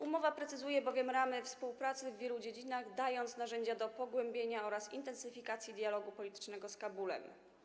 Umowa precyzuje bowiem ramy współpracy w wielu dziedzinach, dając narzędzia do pogłębienia oraz intensyfikacji dialogu politycznego z Kabulem.